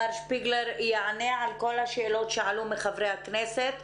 מר שפיגלר יענה על כל השאלות שעלו מחברי הכנסת.